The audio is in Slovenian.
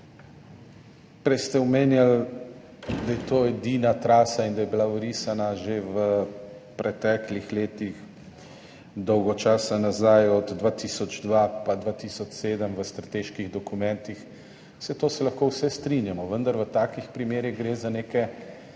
Prej ste omenjali, da je to edina trasa in da je bila vrisana že v preteklih letih, dolgo časa nazaj, od 2002 do 2007 v strateških dokumentih, saj to se lahko vse strinjamo, vendar v takih primerih gre za neke